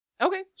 Okay